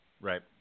right